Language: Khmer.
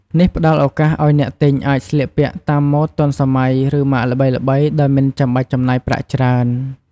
នេះផ្ដល់ឱកាសឱ្យអ្នកទិញអាចស្លៀកពាក់តាមម៉ូដទាន់សម័យ ឬម៉ាកល្បីៗដោយមិនចាំបាច់ចំណាយប្រាក់ច្រើន។